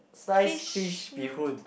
sliced fish bee hoon